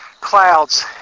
clouds